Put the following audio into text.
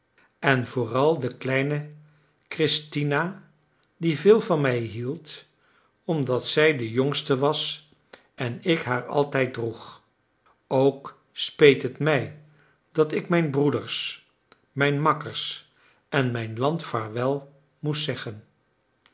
en vooral de kleine christina die veel van mij hield omdat zij de jongste was en ik haar altijd droeg ook speet het mij dat ik mijn broeders mijn makkers en mijn land vaarwel moest zeggen